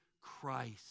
Christ